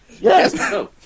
Yes